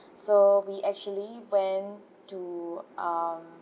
so we actually went to um